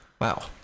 wow